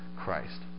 Christ